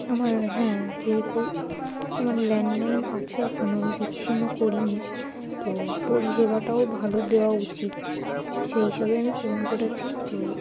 আমার হ্যাঁ যেহেতু আমার ল্যান্ডলাইন আছে এখনও আমি বিচ্ছিন্ন করিনি তো পরিষেবাটাও ভালো দেওয়া উচিত সেই হিসাবে আমি ফোন করেছি তো